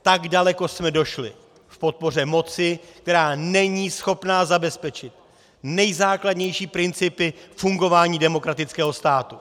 Tak daleko jsme došli v podpoře moci, která není schopna zabezpečit nejzákladnější principy fungování demokratického státu!